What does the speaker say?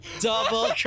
Double